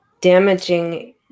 damaging